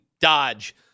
dodge